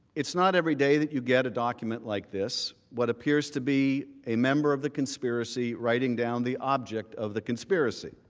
it is not every day that you get a document like this, what appears to be a member of the conspiracy writing down the object of the conspiracy.